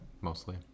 mostly